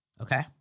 Okay